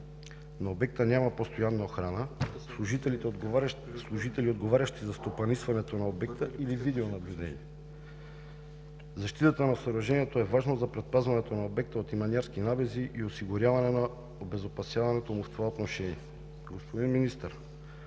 На обекта няма постоянна охрана, служители, отговарящи за стопанисването на обекта, или видеонаблюдение. Защитата на съоръжението е важна за предпазването на обекта от иманярски набези и осигуряване на обезопасяването му в това отношение. Господин Министър,